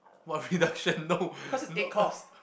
what reduction no no